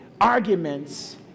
arguments